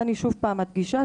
ואני עוד פעם מדגישה,